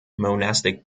monastic